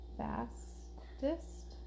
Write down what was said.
fastest